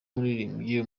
umuririmbyi